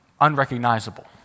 unrecognizable